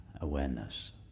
awareness